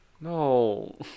No